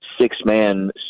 six-man